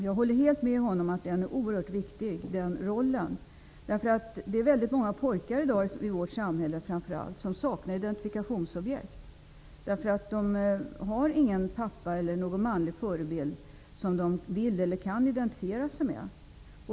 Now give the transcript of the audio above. Jag håller helt med honom om att den rollen är oerhört viktig. Väldigt många pojkar i vårt samhälle saknar identifikationsobjekt. De har ingen pappa eller manlig förebild som de vill eller kan identifiera sig med.